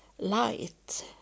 light